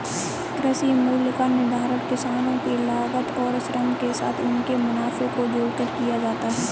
कृषि मूल्य का निर्धारण किसानों के लागत और श्रम के साथ उनके मुनाफे को जोड़कर किया जाता है